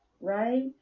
right